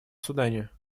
судане